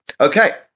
Okay